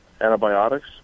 antibiotics